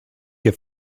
your